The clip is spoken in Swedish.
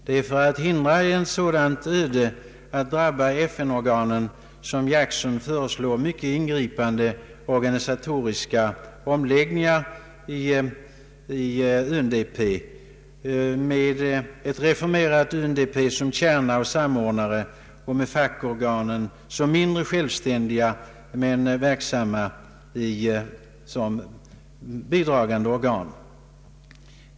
Det är för att förhindra att ett sådant öde drabbar FN-organen som Jackson föreslår mycket ingripande organisatoriska omläggningar i UNDP, med ett reformerat UNDP som kärna och samordnare och med fackorganen som mindre självständiga men verksamma som bidragande organ.